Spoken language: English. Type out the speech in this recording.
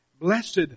Blessed